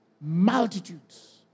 Multitudes